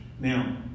now